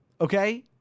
okay